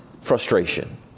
frustration